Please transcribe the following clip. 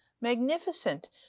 magnificent